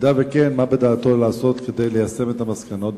במידה שכן, מה בדעתו לעשות כדי ליישם את המסקנות?